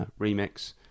remix